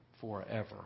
forever